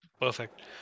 Perfect